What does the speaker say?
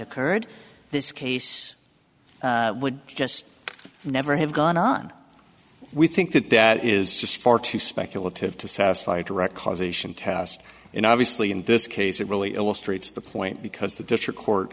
occurred this case would just never have gone on we think that that is just far too speculative to satisfy a direct causation tast in obviously in this case it really illustrates the point because the district court